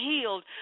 healed